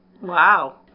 Wow